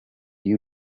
you